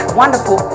wonderful